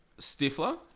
Stifler